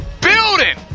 building